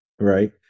right